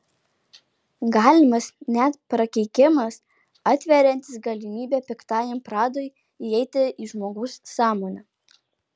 galimas net prakeikimas atveriantis galimybę piktajam pradui įeiti į žmogaus sąmonę